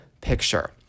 picture